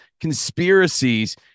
conspiracies